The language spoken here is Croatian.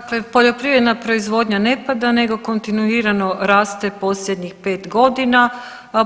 Dakle, poljoprivredna proizvodnja ne pada nego kontinuirano raste posljednjih 5.g.,